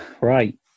right